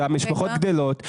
שהמשפחות גדלות,